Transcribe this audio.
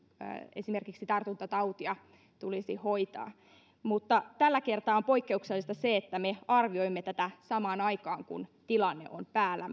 esimerkiksi tartuntatautia tulisi hoitaa mutta tällä kertaa on poikkeuksellista se että me arvioimme myös tätä tutkimuksellista puolta samaan aikaan kun tilanne on päällä